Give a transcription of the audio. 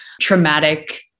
traumatic